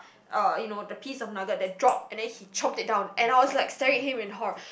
uh you know the piece of nugget that drop and then he chompped it down and I was like staring him in horror